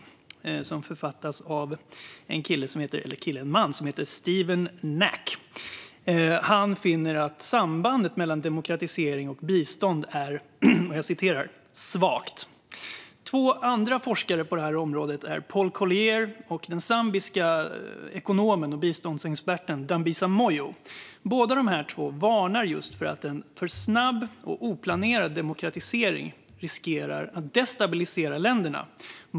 och är författad av en man som heter Stephen Knack. Han finner att sambandet mellan demokratisering och bistånd är "svagt". Två andra forskare på området är Paul Collier och den zambiska ekonomen och biståndsexperten Dambisa Moyo. Båda varnar för att en för snabb och oplanerad demokratisering riskerar att destabilisera länderna.